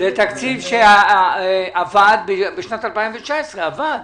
זה תקציב שבשנת 2019 עבד.